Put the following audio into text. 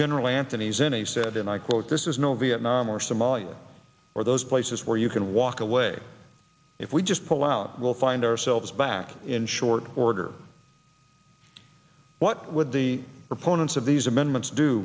general anthony zinni said and i quote this is no vietnam or somalia or those places where you can walk away if we just pull out we'll find ourselves back in short order what would the proponents of these amendments do